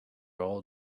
all